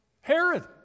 Herod